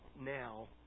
now